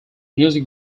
music